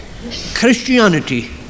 Christianity